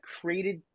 created